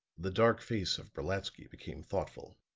the dark face of brolatsky became thoughtful.